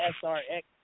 SRX